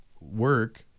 work